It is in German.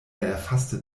erfasste